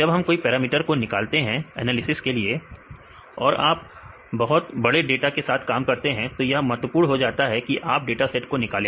जब हम कोई पैरामीटर को निकालते हैं एनालिसिस के लिए और आप बहुत बड़े डाटा के साथ काम करते हैं तो यह बहुत महत्वपूर्ण होता है कि आप डाटासेट को निकाले